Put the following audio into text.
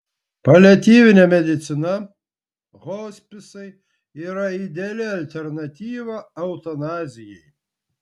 paliatyvinė medicina hospisai yra ideali alternatyva eutanazijai